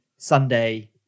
Sunday